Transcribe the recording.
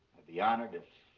be honoured if